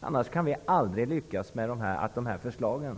Annars kan vi aldrig lyckas med våra förslag.